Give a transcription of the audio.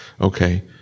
okay